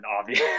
obvious